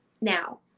Now